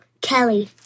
Kelly